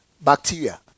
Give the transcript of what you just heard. Bacteria